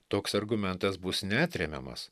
toks argumentas bus neatremiamas